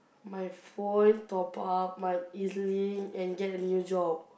my phone top-up my E_Z-Link and get a new job